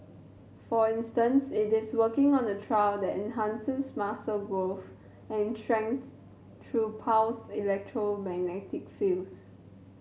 for instance it is working on a trial that enhances muscle growth and strength through pulsed electromagnetic fields